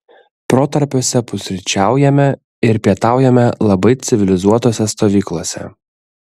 protarpiuose pusryčiaujame ir pietaujame labai civilizuotose stovyklose